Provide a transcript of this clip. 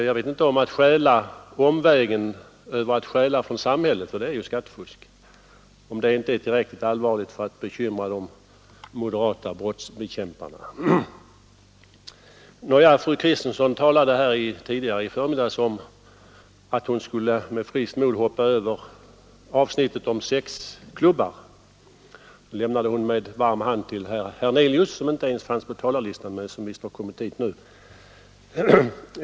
Jag vet inte om detta att stjäla från andra omvägen genom att stjäla från samhället — det är ju vad skattefusk innebär — inte är tillräckligt allvarligt för att bekymra de moderata brottsbekämparna. Nåja. Fru Kristensson talade i förmiddags om att hon med friskt mod skulle hoppa över avsnittet om sexklubbar — det lämnade hon med varm hand till herr Hernelius, som inte ens fanns på talarlistan men som visst har kommit hit nu.